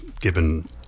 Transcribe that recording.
given